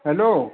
hello